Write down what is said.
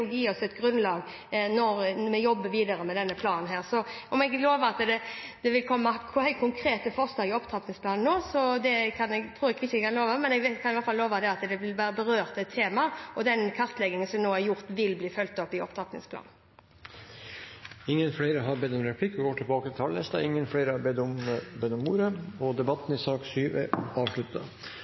også skal følges opp i flere år, men jeg tror at det at vi setter i gang allerede nå og gir dem det oppdraget, vil gi oss et grunnlag for å jobbe videre med denne planen. Så om det vil komme helt konkrete forslag i opptrappingsplanen, tror jeg ikke jeg kan love, men jeg kan iallfall love at det vil være berørte tema, og den kartleggingen som nå er gjort, vil bli fulgt opp i opptrappingsplanen. Dermed er replikkordskiftet omme. Flere har ikke bedt om ordet til sak nr. 7. Etter ønske fra kommunal- og